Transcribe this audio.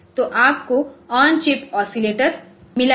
तो आपको on chip oscillator मिला है